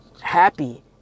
happy